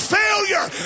failure